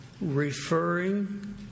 referring